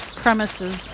premises